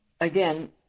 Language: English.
again